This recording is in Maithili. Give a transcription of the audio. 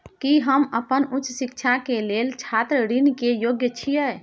की हम अपन उच्च शिक्षा के लेल छात्र ऋण के योग्य छियै?